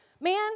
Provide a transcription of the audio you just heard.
man